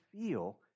feel